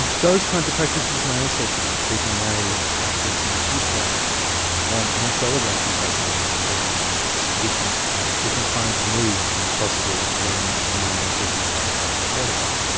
those kinds of practices may also change. people may i think in the future want more celebratory practices around remembrance, different different kinds of moods to be possible when remembering people that they loved and cared about,